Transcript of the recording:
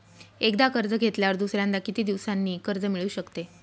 एकदा कर्ज घेतल्यावर दुसऱ्यांदा किती दिवसांनी कर्ज मिळू शकते?